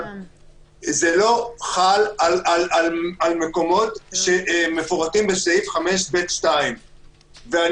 זה לא חל על מקומות שמפורטים בסעיף 5ב2. אני